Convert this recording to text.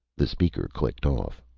the speaker clicked off.